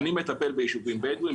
אני מטפל ביישובים בדואים,